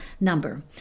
number